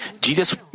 Jesus